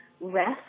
rest